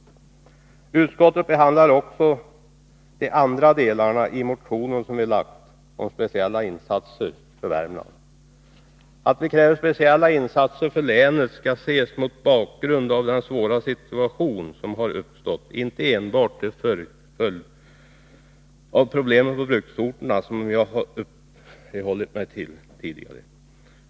Utskottet behandlar också de andra delarna i den motion som vi väckt om speciella insatser för Värmland. Att vi kräver speciella insatser för länet skall ses mot bakgrund av den svåra situation som har uppstått, inte enbart till följd av problemen på bruksorterna, som jag har uppehållit mig vid tidigare.